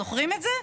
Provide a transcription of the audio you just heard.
זוכרים את זה?